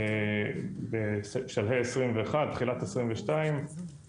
תחילת 22'. רואים תיקונים מאוד חדים במחירים,